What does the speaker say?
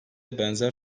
benzer